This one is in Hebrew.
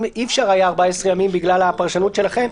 אי-אפשר היה 14 ימים בגלל הפרשנות שלכם,